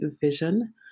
vision